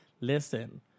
listen